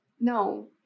No